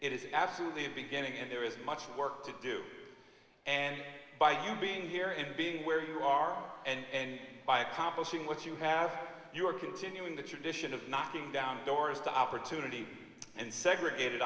it is absolutely a beginning and there is much work to do and by you being here and being where you are and by accomplishing what you have your continuing the tradition of knocking down doors to opportunity and segregated